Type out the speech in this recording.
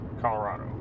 Colorado